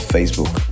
Facebook